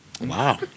Wow